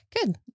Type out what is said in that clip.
Good